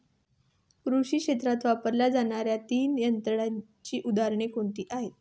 कृषी क्षेत्रात वापरल्या जाणाऱ्या तंत्रज्ञानाची तीन उदाहरणे कोणती आहेत?